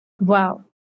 wow